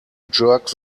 jerk